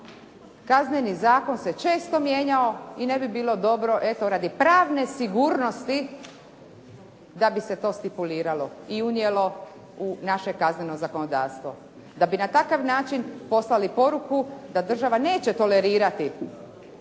Kazneni zakon se često mijenjao i ne bi bilo dobro eto radi pravne sigurnosti da bi se to stipuliralo i unijelo u naše kazneno zakonodavstvo, da bi na takav način poslali poruku da država neće tolerirati